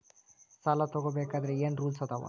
ಸಾಲ ತಗೋ ಬೇಕಾದ್ರೆ ಏನ್ ರೂಲ್ಸ್ ಅದಾವ?